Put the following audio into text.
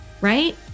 right